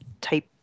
type